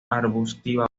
arbustiva